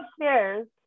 upstairs